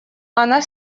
она